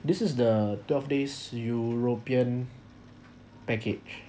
this is the twelve days european package